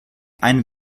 ein